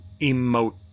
emote